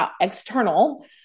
external